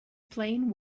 plain